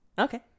Okay